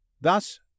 Thus